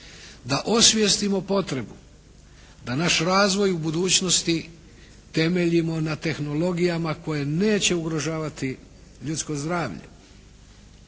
da osvijestimo potrebu da naš razvoj u budućnosti temeljimo na tehnologijama koje neće ugrožavati ljudsko zdravlje.